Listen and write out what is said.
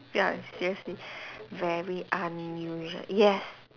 ya seriously very unusual yes